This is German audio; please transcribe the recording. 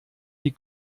die